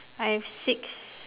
I have six